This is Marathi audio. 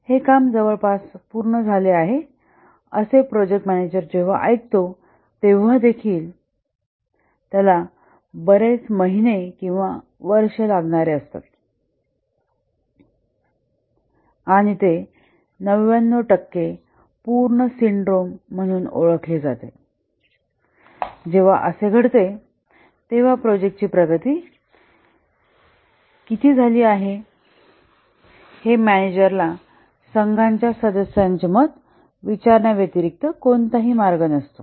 हे काम जवळपास पूर्ण झाले आहे असे प्रोजेक्ट मॅनेजर जेव्हा ऐकतो तेव्हादेखील त्याला बरेच महिने किंवा वर्षे लागणार असतात आणि ते 99 टक्के पूर्ण सिंड्रोम म्हणून ओळखले जाते जेव्हा असे घडते तेव्हा प्रोजेक्टची किती प्रगती झाली आहे हे मॅनेजर ला संघाच्या सदस्यांचे मत विचारण्याव्यतिरिक्त कोणताही मार्ग नसतो